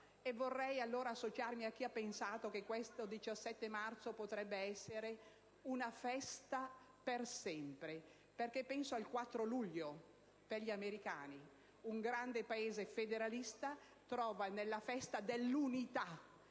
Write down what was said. allora associarmi a chi ha pensato che questo 17 marzo potrebbe essere una festa per sempre. Penso al 4 luglio per gli americani: un grande Paese federalista trova nella festa dell'unità